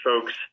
folks